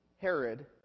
Herod